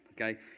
Okay